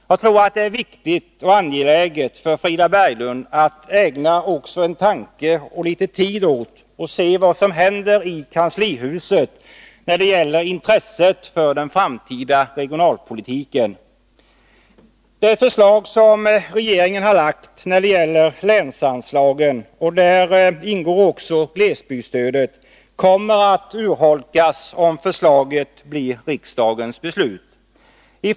Jag tror att det skulle vara viktigt och angeläget för Frida Berglund att ägna en tanke och litet tid åt vad som händer i kanslihuset när det gäller intresset för den framtida regionalpolitiken. Om det förslag som regeringen har framlagt när det gäller länsanslagen — däri ingår också glesbygdsstödet — blir riksdagens beslut kommer glesbygdsstödet att urholkas.